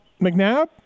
McNabb